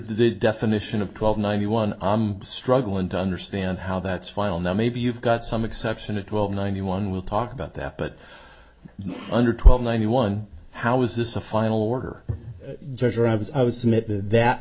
the definition of twelve ninety one i'm struggling to understand how that's final now maybe you've got some exception of twelve ninety one we'll talk about that but under twelve ninety one how is this a final order